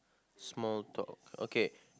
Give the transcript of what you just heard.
small talk okay